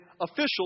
officials